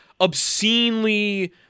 obscenely